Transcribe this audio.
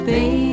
Baby